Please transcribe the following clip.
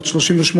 בת 38,